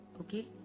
Okay